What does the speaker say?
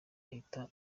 ahita